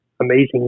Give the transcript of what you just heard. amazing